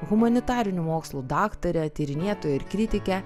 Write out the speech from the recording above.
humanitarinių mokslų daktare tyrinėtoja ir kritike